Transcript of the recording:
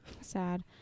Sad